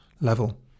level